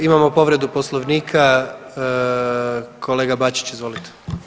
Imamo povredu Poslovnika kolega Bačić, izvolite.